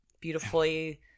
beautifully